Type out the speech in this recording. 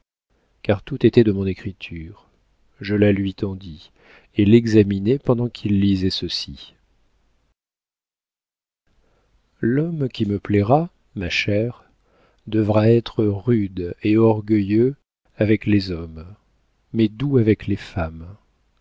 car tout était de mon écriture je la lui tendis et l'examinai pendant qu'il lisait ceci l'homme qui me plaira ma chère devra être rude et orgueilleux avec les hommes mais doux avec les femmes